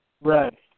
Right